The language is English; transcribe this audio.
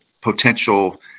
potential